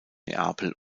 neapel